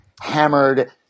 hammered